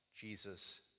Jesus